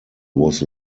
was